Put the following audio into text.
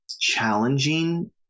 challenging